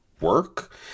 work